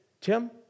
Tim